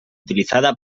utilizada